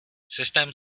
systém